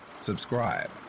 subscribe